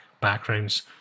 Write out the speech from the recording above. backgrounds